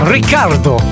Ricardo